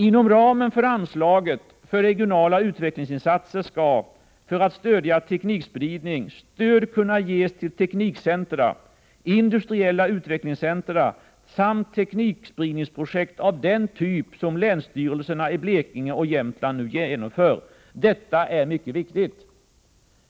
Inom ramen för anslaget för regionala utvecklingsinsatser skall, för att stödja teknikspridning, stöd kunna ges till teknikcentra, industriella utvecklingscentra samt teknikspridningsprojekt av den typ som länsstyrelserna i Blekinge och Jämtland nu genomför. Detta är mycket viktigt!